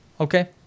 Okay